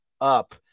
up